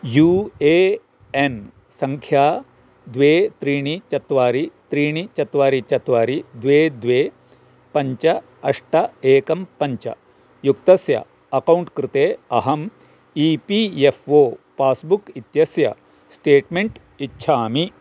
U A N सङ्ख्या द्वे त्रीणि चत्वारि त्रीणि चत्वारि चत्वारि द्वे द्वे पञ्च अष्ट एकं पञ्च युक्तस्य अकौण्ट् कृते अहम् E P F O passbook इत्यस्य स्टेटमेण्ट् इच्छामि